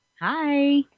Hi